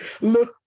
look